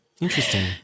Interesting